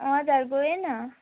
हजुर गएन